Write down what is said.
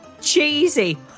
cheesy